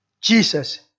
Jesus